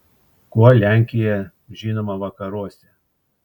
kuo lenkija žinoma vakaruose